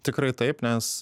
tikrai taip nes